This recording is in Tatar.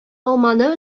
алманы